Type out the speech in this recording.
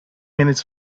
minutes